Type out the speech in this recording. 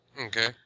Okay